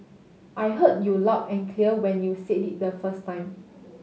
I heard you loud and clear when you said it the first time